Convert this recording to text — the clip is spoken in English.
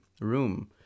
room